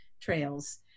trails